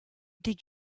die